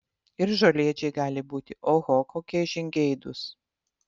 ir žolėdžiai gali būti oho kokie žingeidūs